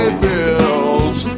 bills